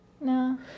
No